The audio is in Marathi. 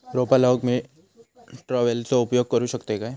रोपा लाऊक मी ट्रावेलचो उपयोग करू शकतय काय?